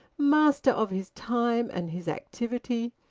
master of his time and his activity,